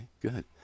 good